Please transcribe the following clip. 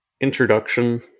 introduction